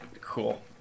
cool